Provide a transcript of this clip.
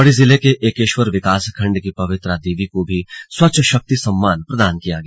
पौड़ी जिले के एकेश्वर विकास खण्ड की पवित्रा देवी को भी स्वच्छ शक्ति सम्मान प्रदान किया गया